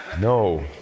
no